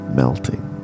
melting